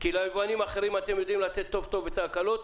כי ליבואנים אחרים אתם יודעים לתת טוב טוב את ההקלות,